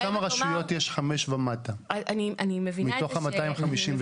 כמה רשויות יש מ-5 ומטה מתוך ה-257?